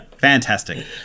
fantastic